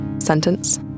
sentence